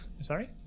Sorry